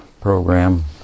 program